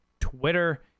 Twitter